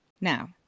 Now